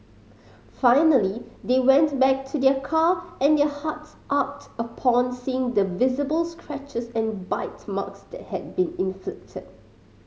finally they went back to their car and their hearts ached upon seeing the visible scratches and bite marks that had been inflicted